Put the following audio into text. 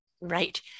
Right